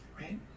right